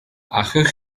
allwch